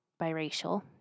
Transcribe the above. biracial